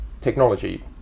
technology